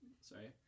Sorry